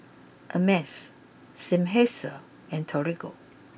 Ameltz Seinheiser and Torigo